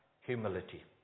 humility